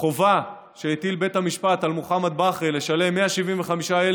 החובה שהטיל בית המשפט על מוחמד בכרי לשלם 175,000